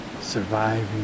surviving